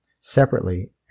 Separately